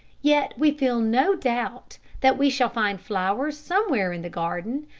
yet we feel no doubt that we shall find flowers somewhere in the garden,